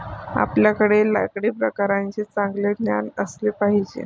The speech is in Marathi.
आपल्याकडे लाकडी प्रकारांचे चांगले ज्ञान असले पाहिजे